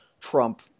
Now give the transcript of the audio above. trump